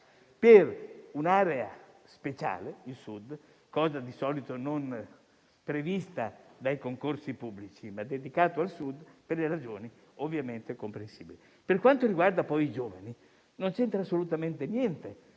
per un'area speciale come il Sud, cosa di solito non prevista dai concorsi pubblici, dedicato al Sud per ragioni ovviamente comprensibili. Per quanto riguarda poi i giovani, non c'entra assolutamente niente,